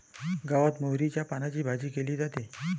गावात मोहरीच्या पानांची भाजी केली जाते